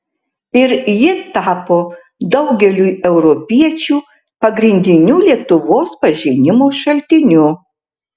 ir ji tapo daugeliui europiečių pagrindiniu lietuvos pažinimo šaltiniu